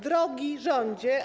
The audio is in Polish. Drogi Rządzie!